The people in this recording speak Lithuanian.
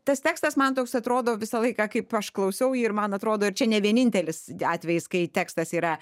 tas tekstas man toks atrodo visą laiką kaip aš klausiau ir man atrodo čia ne vienintelis atvejis kai tekstas yra